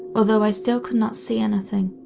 although i still could not see anything.